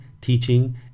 teaching